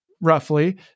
roughly